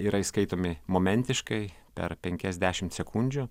yra įskaitomi momentiškai per penkias dešimt sekundžių